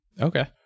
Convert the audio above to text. Okay